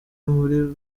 buri